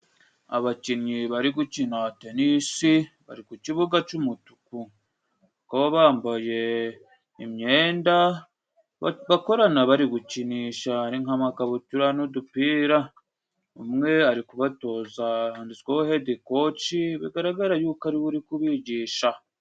Abakinnyi bari gukina tenisi bari ku kibuga c'umutuku. Bakaba bambaye imyenda bakorana bari gukinisha, ari nk'amakabutura n'udupira, umwe ari kubatoza, handitweho hedikoci, bigaragara yuko ariwe uri kubigisha.